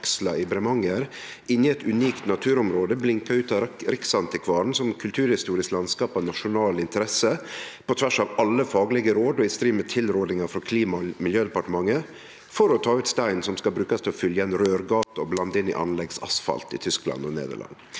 i Bremanger, i eit unikt naturområde, blinka ut av Riksantikvaren som kulturhistorisk landskap av nasjonal interesse, på tvers av alle faglege råd og i strid med tilrådinga frå Klima- og miljødepartementet, for å ta ut stein som skal brukast til å fylle igjen røyrgater og blande inn i anleggsasfalt i Tyskland og Nederland.